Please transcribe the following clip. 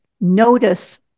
notice